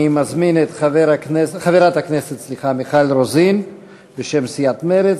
אני מזמין את חברת הכנסת מיכל רוזין בשם סיעת מרצ.